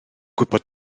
gwybod